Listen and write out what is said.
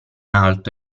alto